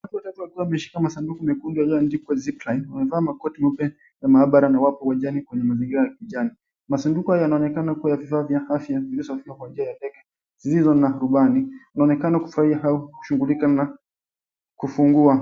Watu watatu wakiwa wameshika masanduku mekundu yaliyoandikwa, Zipline, wamevaa makoti meupe ya maabara na wapo uwanjani kwenye mazingira ya kijani. Masanduku hayo yanaonekana kuwa vifaa vya afya vilivyofika kwa njia ya ndege, zlizo na rubani. Wanaonekana kufurahia au kushughulika na kufungua.